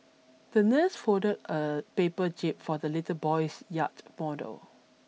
the nurse folded a paper jib for the little boy's yacht model